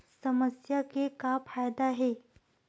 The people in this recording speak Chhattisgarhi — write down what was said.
समस्या के का फ़ायदा हे?